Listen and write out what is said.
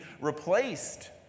replaced